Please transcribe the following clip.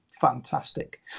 fantastic